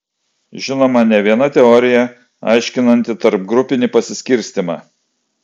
žinoma ne viena teorija aiškinanti tarpgrupinį pasiskirstymą